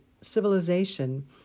civilization